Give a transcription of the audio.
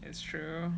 it's true